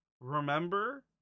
remember